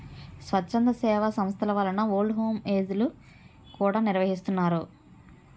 స్వచ్ఛంద సేవా సంస్థల వలన ఓల్డ్ హోమ్ ఏజ్ లు కూడా నిర్వహిస్తున్నారు